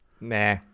Nah